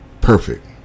perfect